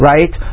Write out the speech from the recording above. Right